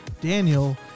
Daniel